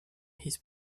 his